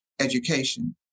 education